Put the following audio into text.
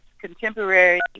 contemporary